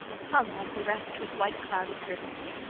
hung like the rest with white cloudy curtains.